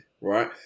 right